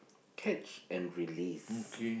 catch and release